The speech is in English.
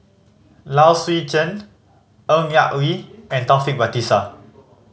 Low Swee Chen Ng Yak Whee and Taufik Batisah